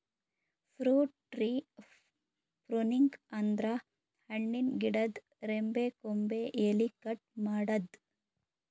fruit tree pruning ಅಂದ್ರ ಹಣ್ಣಿನ್ ಗಿಡದ್ ರೆಂಬೆ ಕೊಂಬೆ ಎಲಿ ಕಟ್ ಮಾಡದ್ದ್